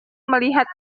melihat